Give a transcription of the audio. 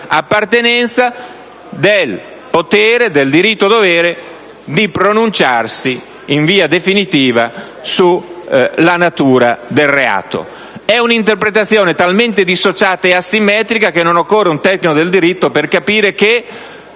appartenenza del diritto-dovere di pronunciarsi in via definitiva sulla natura del reato. È un'interpretazione talmente dissociata e asimmetrica che non occorre un tecnico del diritto per capire che